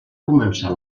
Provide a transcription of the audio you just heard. començar